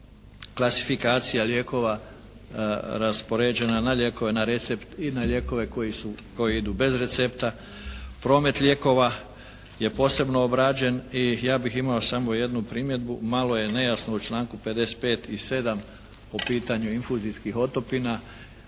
klasifikacija lijekova raspoređena na lijekove na recept i na lijekove koji idu bez recepta, promet lijekova je posebno obrađen i ja bih imao samo jednu primjedbu, malo je nejasno u članku 55. i 7. po pitanju infuzijskih otopina